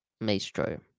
maestro